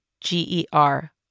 G-E-R